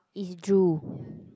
is drool